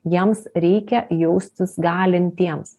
jiems reikia jaustis galintiems